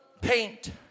paint